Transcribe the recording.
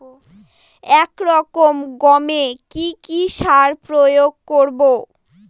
এক একর গমে কি কী সার প্রয়োগ করব?